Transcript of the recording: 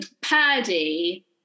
Paddy